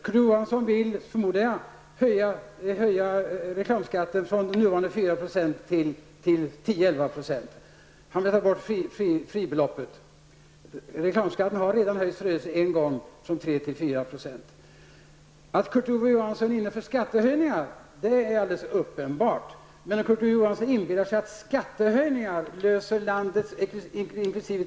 Kurt Ove Johansson vill, förmodar jag, höja reklamskatten från nuvarande 4 till 10--11 %. Han vill ta bort fribeloppet. Reklamskatten har redan höjts en gång från 3 till 4 %. Att Kurt Ove Johansson är inne på skattehöjningar är alldeles uppenbart, men om han inbillar sig att skattehöjningar löser landets inkl.